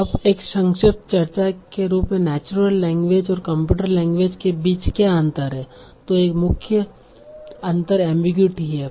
अब एक संक्षिप्त चर्चा के रूप में नेचुरल लैंग्वेज और कंप्यूटर लैंग्वेज के बीच क्या अंतर है तो एक मुख्य अंतर एमबीगुइटी है